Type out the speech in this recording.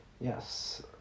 yes